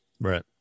Right